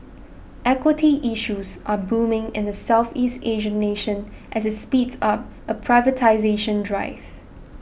equity issues are booming in the Southeast Asian nation as it speeds up a privatisation drive